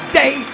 day